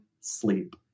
sleep